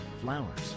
flowers